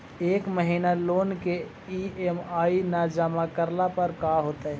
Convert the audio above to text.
एक महिना लोन के ई.एम.आई न जमा करला पर का होतइ?